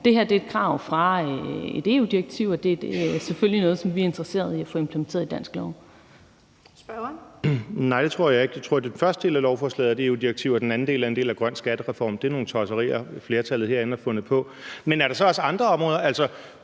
Det her er et krav fra et EU-direktiv, og det er selvfølgelig noget, som vi er interesserede i at få implementeret i dansk lov. Kl. 15:53 Den fg. formand (Birgitte Vind): Spørgeren. Kl. 15:53 Morten Messerschmidt (DF): Nej, det tror jeg ikke. Jeg tror, at den første del af lovforslaget er et EU-direktiv, og at den anden del er en del af grøn skattereform. Det er nogle tosserier, flertallet herinde har fundet på. Men er der så også andre områder?